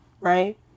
Right